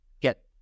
get